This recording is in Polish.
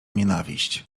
nienawiść